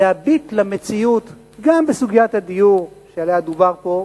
להביט למציאות גם בסוגיית הדיור שעליה דובר פה,